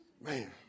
Man